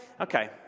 Okay